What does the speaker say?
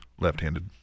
left-handed